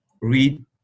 read